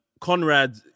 Conrad